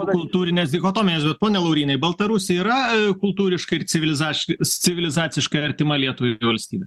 kultūrinės dichotomijos bet pone laurynai baltarusija yra kultūriškai ir civilizaciškai civilizaciškai artima lietuvai valstybė